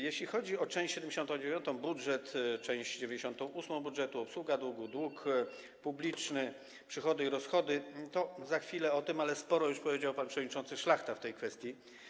Jeśli chodzi o część 79 i część 98 budżetu: obsługa długu, dług publiczny, przychody i rozchody, to za chwilę o tym, ale sporo już powiedział pan przewodniczący Szlachta w tej kwestii.